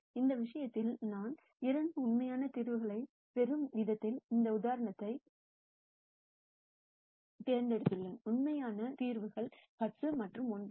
இந்த விஷயத்தில் நான் இரண்டு உண்மையான தீர்வுகளைப் பெறும் விதத்தில் இந்த உதாரணத்தைத் தேர்ந்தெடுத்துள்ளோம் உண்மையான தீர்வுகள் 10 மற்றும் 1 ஆகும்